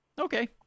Okay